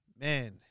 man